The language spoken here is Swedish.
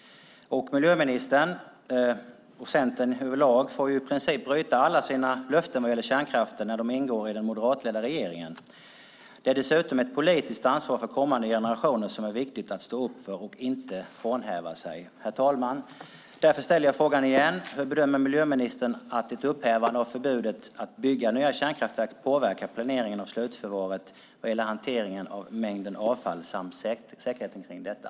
Miljöministern och Centern över lag får i princip bryta alla sina löften vad gäller kärnkraften när de ingår i den moderatledda regeringen. Det är dessutom ett politiskt ansvar för kommande generationer som det är viktigt att stå upp för och inte frånhända sig. Herr talman! Därför ställer jag frågan igen: Hur bedömer miljöministern att ett upphävande av förbudet mot att bygga nya kärnkraftverk påverkar planeringen av slutförvaret vad gäller hanteringen av mängden avfall samt säkerheten kring detta?